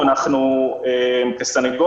כמו כן,